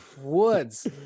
woods